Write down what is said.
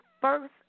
first